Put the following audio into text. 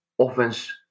offense